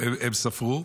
הם ספרו,